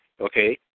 okay